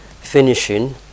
finishing